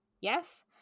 Yes